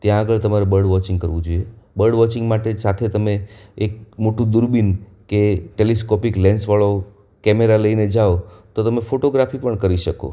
ત્યાં આગળ તમારે બર્ડ વોચિંગ કરવું જોઈએ બર્ડ વોચિંગ માટે જ સાથે તમે એક મોટું દૂરબીન કે ટેલિસ્કોપીક લેન્સવાળો કેમેરા લઈને જાઓ તો તમે ફોટોગ્રાફી પણ કરી શકો